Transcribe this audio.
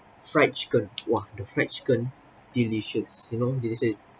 fried chicken !wah! the fried chicken delicious you know delicious it